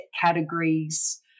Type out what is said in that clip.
categories